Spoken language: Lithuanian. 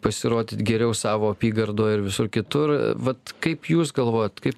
pasirodyt geriau savo apygardoj ir visur kitur vat kaip jūs galvojat kaip